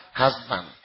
husband